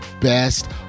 best